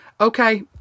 Okay